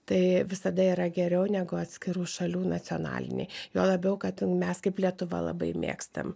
tai visada yra geriau negu atskirų šalių nacionaliniai juo labiau kad mes kaip lietuva labai mėgstam